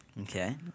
Okay